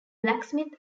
blacksmith